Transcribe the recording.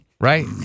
Right